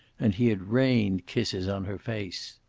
and he had rained kisses on her face.